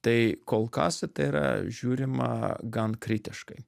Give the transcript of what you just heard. tai kol kas į tai yra žiūrima gan kritiškai